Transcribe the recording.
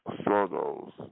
struggles